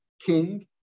king